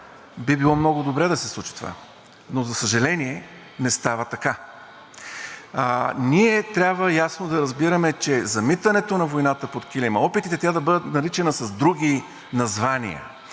Би било много добре да се случи това. Но за съжаление, не става така. Ние трябва ясно да разбираме, че замитането на войната под килима, опитите тя да бъде наричана с други названия,